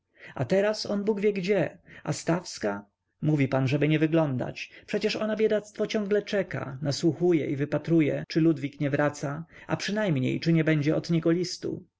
a teraz on bóg wie gdzie a stawska mówi pan żeby nie wyglądać przecież ona biedactwo ciągle czeka nasłuchuje i wypatruje czy ludwik nie wraca a przynajmniej czy nie będzie od niego listu